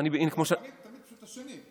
תגיד השני.